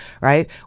right